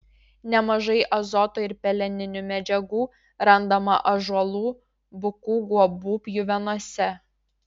nemažai azoto ir peleninių medžiagų randama ąžuolų bukų guobų pjuvenose